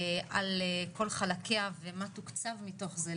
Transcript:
על כל חלקיה ומה תוקצב מתוך זה,